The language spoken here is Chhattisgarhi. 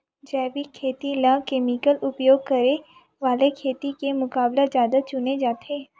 जैविक खेती ला केमिकल उपयोग करे वाले खेती के मुकाबला ज्यादा चुने जाते